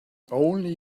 only